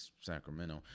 Sacramento